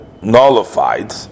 nullified